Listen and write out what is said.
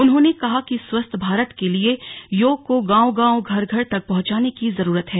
उन्होंने कहा कि स्वस्थ भारत के लिए योग को गांव गांव घर घर तक पहुंचाने की जरूरत है